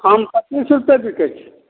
आम तऽ तीस रुपए बिकै छै